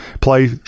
play